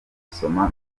gusoma